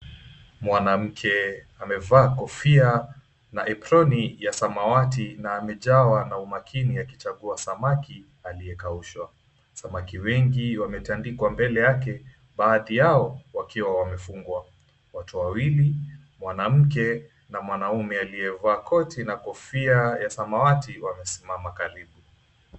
Mwanamke amevaa kofia na aproni ya samawati na amejawa na umakini akichagua samaki aliyekaushwa. Samaki wengi wametandikwa mbele yake, baadhi yao wakiwa wamefungwa. Watu wawili, mwanamke na mwanaume aliyevaa koti na kofia ya samawati, wamesimama karibu.